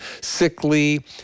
sickly